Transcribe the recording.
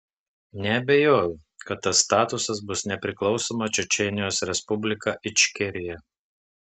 neabejoju kad tas statusas bus nepriklausoma čečėnijos respublika ičkerija